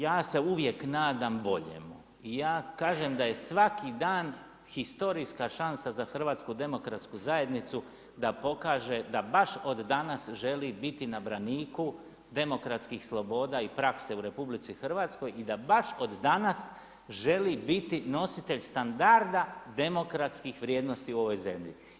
Ja se uvijek nadam boljemu i ja kažem da je svaki dan historijska šansa za HDZ da pokaže, da baš od danas želi biti na braniku demokratskih sloboda i prakse u RH, i da baš od danas želi biti nositelj standarda demokratskih vrijednosti u ovoj zemlji.